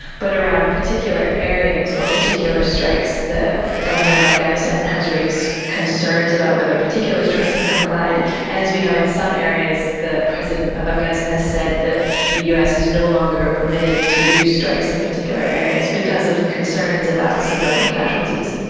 but around particular areas or particular strikes the government of afghanistan has raised concerns about whether particular strikes have complied, and as we know, in some areas the president of afghanistan has said that the us is no longer permitted to use strikes in particular areas because of concerns about civilian casualties.